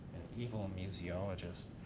evil museologist.